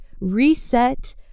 reset